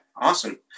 Awesome